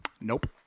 Nope